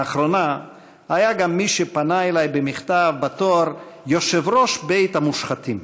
לאחרונה היה גם מי שפנה אלי במכתב בתואר "יושב-ראש בית המושחתים".